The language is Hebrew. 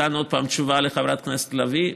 כאן, עוד פעם, תשובה לחברת הכנסת לביא,